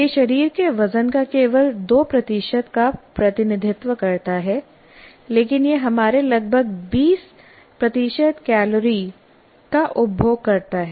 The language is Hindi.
यह शरीर के वजन का केवल 2 का प्रतिनिधित्व करता है लेकिन यह हमारे लगभग 20 कैलोरी का उपभोग करता है